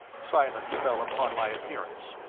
silence fell upon my appearance.